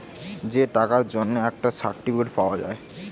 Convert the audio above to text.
যে টাকার জন্যে একটা করে সার্টিফিকেট পাওয়া যায়